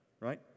Right